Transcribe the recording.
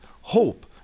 hope